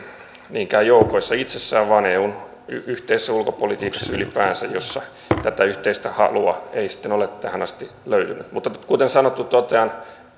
niinkään joukoissa itsessään vaan ylipäänsä eun yhteisessä ulkopolitiikassa jossa tätä yhteistä halua ei ole tähän asti löytynyt mutta kuten sanottu totean